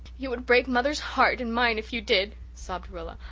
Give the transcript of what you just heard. you would break mother's heart and mine if you did, sobbed rilla.